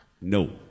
no